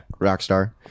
Rockstar